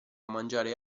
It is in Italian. mangiare